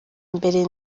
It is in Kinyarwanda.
mbere